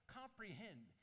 comprehend